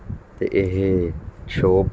ਅਤੇ ਇਹ ਸ਼ੋਪ